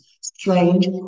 strange